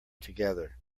together